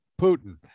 Putin